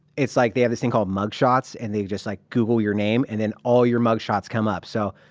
it's like they have this thing called mugshots and they just like google your name and then all your mugshots come up. so,